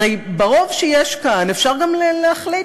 הרי ברוב שיש כאן אפשר גם להחליט,